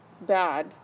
bad